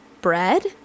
bread